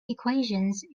equations